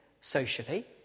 socially